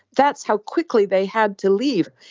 that's how quickly they had to leave.